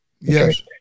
Yes